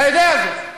אתה יודע זאת.